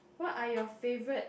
what are your favourite